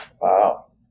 Wow